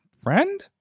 friend